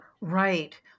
Right